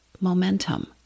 momentum